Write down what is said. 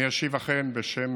אני אשיב, אכן, בשם